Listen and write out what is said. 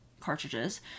cartridges